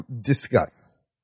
discuss